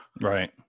right